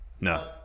No